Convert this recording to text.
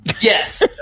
yes